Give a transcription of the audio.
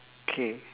K